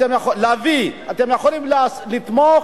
אתם יכולים לתמוך